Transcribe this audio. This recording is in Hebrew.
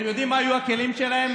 אתם יודעים מה היו הכלים שלהם?